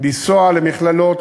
לנסוע למכללות,